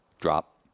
Drop